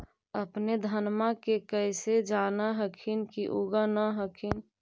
अपने धनमा के कैसे जान हखिन की उगा न हखिन?